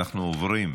אנחנו עוברים,